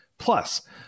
Plus